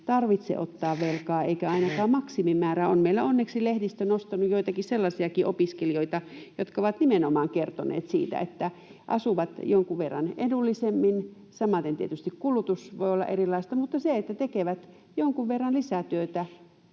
tarvitse ottaa velkaa eikä ainakaan maksimimäärää. On meillä onneksi lehdistö nostanut joitakin sellaisiakin opiskelijoita, jotka ovat nimenomaan kertoneet siitä, että asuvat jonkun verran edullisemmin, samaten tietysti kulutus voi olla erilaista, mutta tekevät jonkun verran lisätyötä